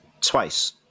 twice